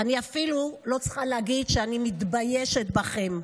אני אפילו לא צריכה להגיד שאני מתביישת בכם.